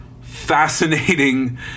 fascinating